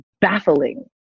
baffling